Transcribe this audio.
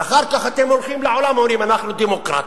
ואחר כך אתם הולכים לעולם ואומרים: אנחנו דמוקרטיה.